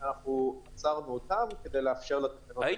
אנחנו עצרנו אותם כדי לאפשר לתקנות האלה לעבוד.